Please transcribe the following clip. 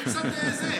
מה קרה, התעייפת?